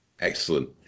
Excellent